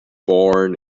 born